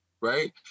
right